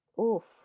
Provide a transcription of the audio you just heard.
oof